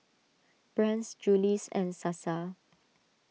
Brand's Julie's and Sasa